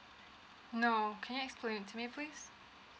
no can you explain to me please